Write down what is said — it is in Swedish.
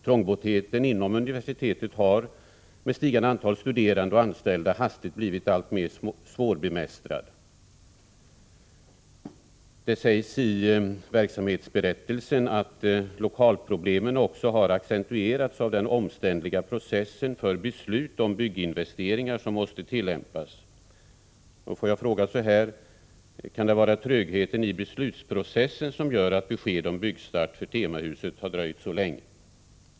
Trångboddheten inom universitetet har med stigande antal studerande och anställda hastigt blivit alltmer svårbemästrad. Det sägs i verksamhetsberättelsen att lokalproblemen har accentuerats till följd av den omständliga processen vid beslut om bygginvesteringar. Får jag fråga: Kan det vara trögheten i beslutsprocessen som gör att besked om byggstart för temahuset har dröjt så länge?